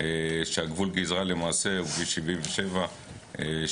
הראשון הוא נושא הפרוטקשן והשני הוא הפשיעה החקלאית,